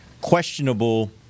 questionable